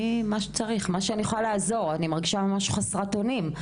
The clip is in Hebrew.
אני מרגישה חסרת אונים,